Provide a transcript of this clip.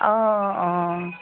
অঁ অঁ